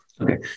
Okay